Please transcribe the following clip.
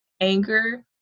anger